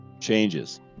changes